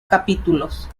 capítulos